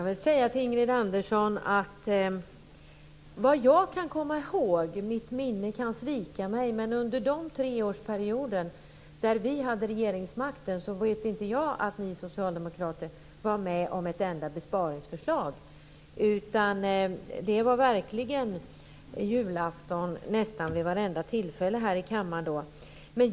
Herr talman! Ingrid Andersson! Mitt minne kan svika mig, men vad jag kan komma ihåg var inte ni socialdemokrater med om ett enda besparingsförslag under den treårsperiod då vi hade regeringsmakten. Det var verkligen julafton nästan vid varenda tillfälle här i kammaren.